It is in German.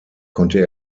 konnte